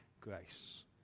grace